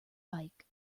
bike